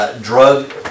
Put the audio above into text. Drug